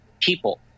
people